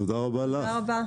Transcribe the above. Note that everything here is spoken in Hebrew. תודה רבה.